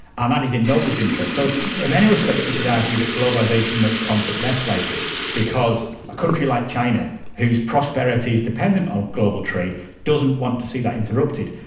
ah is in nobody's interest. so in many respects you could argue that globalisation makes conflict less likely because a country like china whose prosperity is dependent on global trade doesn't want to see that interrupted,